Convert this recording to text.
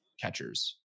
catchers